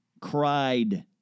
cried